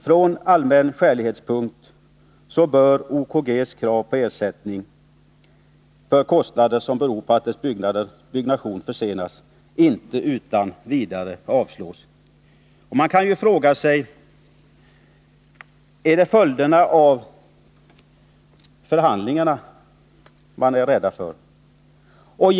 Från allmän skälighetssynpunkt bör OKG:s krav på ersättning för kostnader som beror på att dess byggnation försenas inte utan vidare avslås. Jag frågar mig: Är det följderna av förhandlingarna man är rädd för?